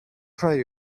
try